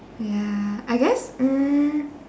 ya I guess mm